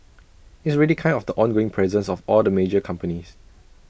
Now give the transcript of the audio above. it's really kind of the ongoing presence of all the major companies